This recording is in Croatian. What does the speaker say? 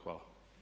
Hvala.